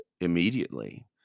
immediately